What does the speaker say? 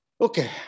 Okay